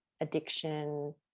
addiction